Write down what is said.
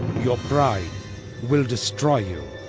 your pride will destroy you.